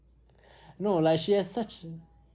no like she has such a